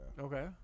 Okay